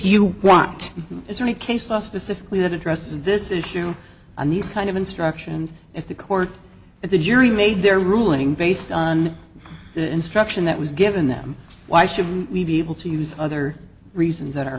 you want as any case law specifically that addresses this issue on these kind of instructions if the court and the jury made their ruling based on the instruction that was given them why should we be able to use other reasons that are